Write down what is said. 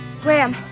Graham